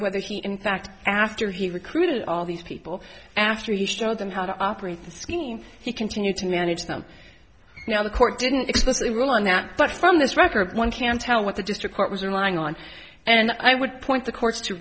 whether he in fact after he recruited all these people after he showed them how to operate the scheme he continued to manage them now the court didn't explicitly rule on that but from this record one can tell what the district court was in lying on and i would point the courts to